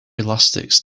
elastics